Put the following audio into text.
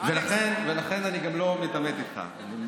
ולכן אני גם לא מתעמת איתך.